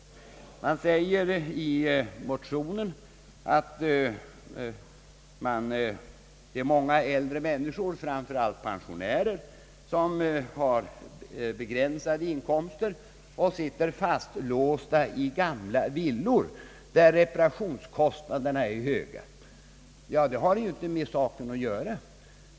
Det sägs i den motion det här gäller att det finns många äldre människor, framför allt pensionärer, som har begränsade inkomster och som sitter fastlåsta i gamla villor, där reparationskostnaderna är höga. Men detta har inte med saken att göra.